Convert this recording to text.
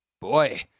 boy